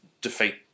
defeat